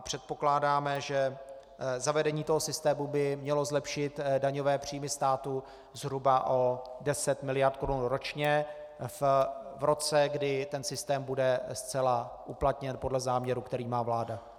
Předpokládáme, že zavedení systému by mělo zlepšit daňové příjmy státu zhruba o 10 miliard korun ročně v roce, kdy ten systém bude zcela uplatněn podle záměru, který má vláda.